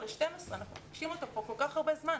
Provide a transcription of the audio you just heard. הגילאים 10 12, אנחנו נוטשים אותם כל כך הרבה זמן.